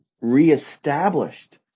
reestablished